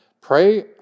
Pray